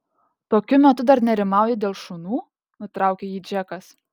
tokiu metu dar nerimauji dėl šunų nutraukė jį džekas